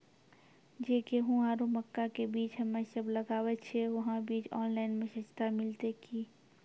जे गेहूँ आरु मक्का के बीज हमे सब लगावे छिये वहा बीज ऑनलाइन मे सस्ता मिलते की?